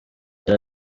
yari